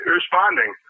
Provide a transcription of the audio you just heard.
responding